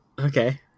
Okay